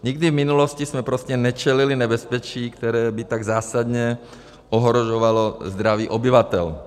Nikdy v minulosti jsme prostě nečelili nebezpečí, které by tak zásadně ohrožovalo zdraví obyvatel.